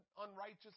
unrighteous